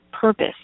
purpose